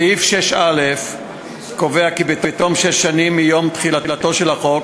סעיף 6א קובע כי בתום שש שנים מיום תחילתו של החוק,